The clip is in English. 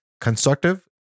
constructive